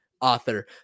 author